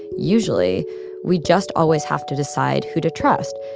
usually we just always have to decide who to trust.